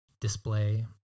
display